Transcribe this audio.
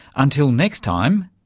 until next time,